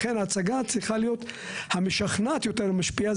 לכן ההצגה צריכה להיות המשכנעת יותר ומשפיעה,